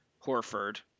Horford